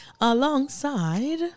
Alongside